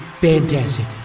fantastic